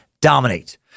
dominate